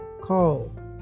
Call